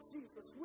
Jesus